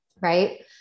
right